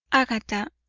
agatha,